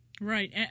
Right